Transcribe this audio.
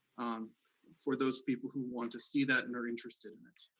for those people who want to see that and are interested in it.